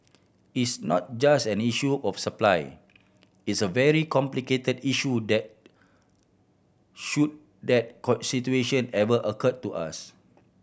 it's not just an issue of supply it's a very complicated issue that should that situation ever occur to us